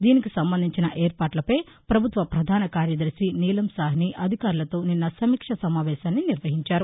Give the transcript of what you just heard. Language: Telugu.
దీనికి సంబంధించిన ఏర్పాట్లపై ప్రభుత్వ ప్రధాన కార్యదర్శి నీలం సాహ్ని అధికారులతో నిన్న సమీక్షా సమావేశాన్ని నిర్వహించారు